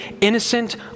innocent